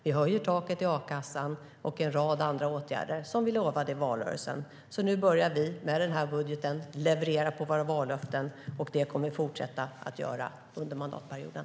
Vi höjer taket i a-kassan och genomför en rad andra åtgärder som vi lovade i valrörelsen. Vi börjar med den här budgeten att leverera på våra vallöften. Det kommer vi att fortsätta att göra under mandatperioden.